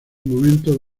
momento